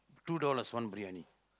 two dollars one briyani